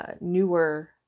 newer